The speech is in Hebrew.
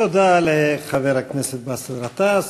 תודה לחבר הכנסת באסל גטאס.